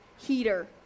heater